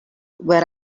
where